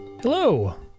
Hello